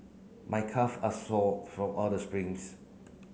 my calve are sore from all the sprints